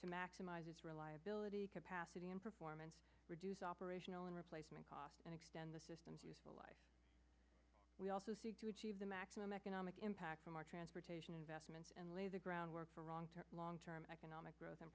to maximize its reliability capacity and performance reduce operational and replacement cost and extend the system's useful life we also seek to achieve the maximum economic impact from our transportation investments and lay the groundwork for a long term long term economic growth and